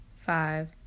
five